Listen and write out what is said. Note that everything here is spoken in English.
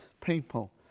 people